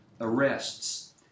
arrests